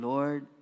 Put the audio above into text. Lord